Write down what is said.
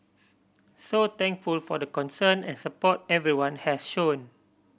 so thankful for the concern and support everyone has shown